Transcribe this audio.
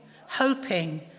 hoping